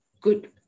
good